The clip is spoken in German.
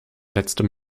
letztem